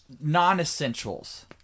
non-essentials